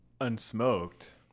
Unsmoked